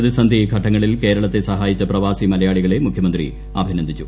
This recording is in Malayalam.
പ്രതിസന്ധിഘട്ടങ്ങളിൽ കേരളത്തെ സഹായിച്ച പ്രവാസി മലയാളികളെ മുഖ്യമന്ത്രി അഭിനന്ദിച്ചു